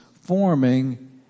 forming